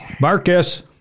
Marcus